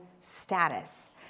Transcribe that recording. status